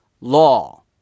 Law